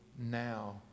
now